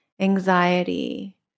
anxiety